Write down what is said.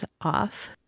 off